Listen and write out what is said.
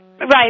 right